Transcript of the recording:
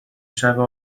شبه